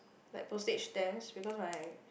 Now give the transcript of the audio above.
like postage stamps because my